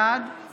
בעד